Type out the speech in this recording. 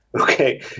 Okay